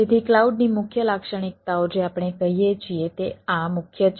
તેથી ક્લાઉડની મુખ્ય લાક્ષણિકતાઓ જે આપણે કહીએ છીએ તે આ મુખ્ય છે